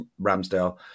Ramsdale